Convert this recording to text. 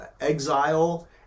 exile